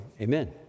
amen